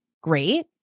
great